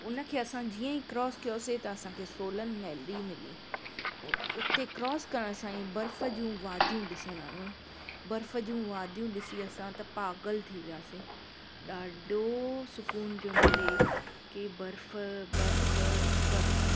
उनखे असां जीअं ई क्रॉस कयोसीं त असांखे सोलन वैली मिली उते क्रॉस करण सां ई बर्फ़ जूं वादियूं ॾिसणु आयूं बर्फ़ जूं वादियूं ॾिसी असां त पागल थी वियासीं ॾाढो सुकून पियो मिले के बर्फ़ बर्फ़ बर्फ़